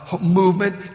movement